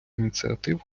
ініціатив